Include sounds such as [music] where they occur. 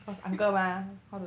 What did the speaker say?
[laughs]